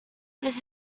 this